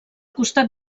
costat